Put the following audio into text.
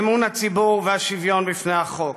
אמון הציבור והשוויון בפני החוק.